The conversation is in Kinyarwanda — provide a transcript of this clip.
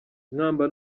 mwamba